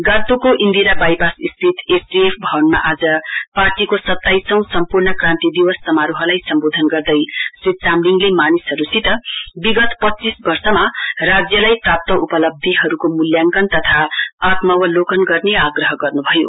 गान्तोकको इन्दिरा वाइपासस्थित एसडीएफ भवनमा आज पार्टीको सताइसौं सम्पूर्ण क्रान्ति दिवस समारोहलाई सम्बोधन गर्दै श्री चामलिङले मानिसहरूसित विगत पच्चीस वर्षमा राज्यलाई प्राप्त उपलब्धीहरूको मूल्याङ्कन तथा आत्मावलोकन गर्ने आग्रह गर्नुभयो